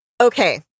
Okay